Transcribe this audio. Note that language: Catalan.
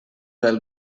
del